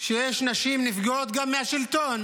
שיש נשים שנפגעות גם מהשלטון,